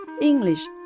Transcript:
English